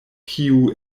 kiu